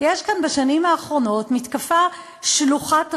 יש כאן בשנים האחרונות מתקפה שלוחת רסן,